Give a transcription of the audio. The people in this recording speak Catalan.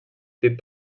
tit